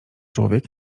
człowiek